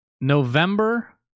November